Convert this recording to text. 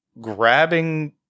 grabbing